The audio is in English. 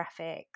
graphics